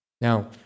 Now